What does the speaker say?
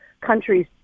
countries